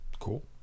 Cool